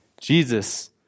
Jesus